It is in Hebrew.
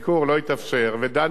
ודנו בכל הסוגיות.